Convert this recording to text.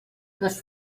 les